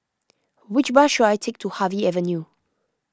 which bus should I take to Harvey Avenue